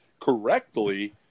correctly